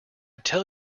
tell